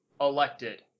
elected